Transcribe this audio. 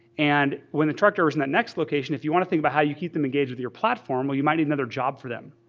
and when the trucker was in that next location, if you want to think about how you keep them engaged with your platform, you might need another job for them.